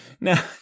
Now